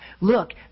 Look